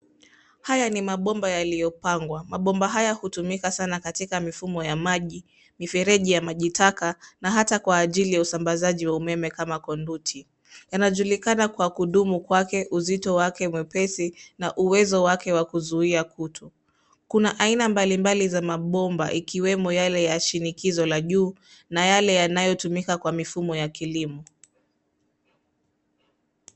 Haya ni mabomba yaliyopangwa, mabomba haya hutumika sana katika mifumo ya maji, mifereji ya maji taka na hata kwa ajili ya usambalizaji wa umeme kama konduti. Yanajulikana kwa kudumu kwake, uzito wake mwepesi na uwezo wake kuzuia kutu. Kuna aina mbalimbali za mabomba ikiwemo yale ya shinikizo la juu na yale yanayo tumika kwa mifumo ya kilimo.